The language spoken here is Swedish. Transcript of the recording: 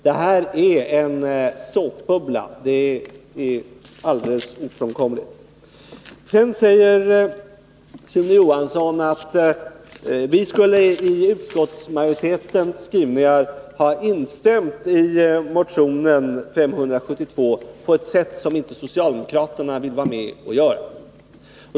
Det här är en såpbubbla — det är alldeles ofrånkomligt. Sedan säger Sune Johansson att vi i utskottsmajoritetens skrivning skulle ha instämt i motion 572 på ett sätt som inte socialdemokraterna vill vara med om.